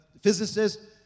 physicists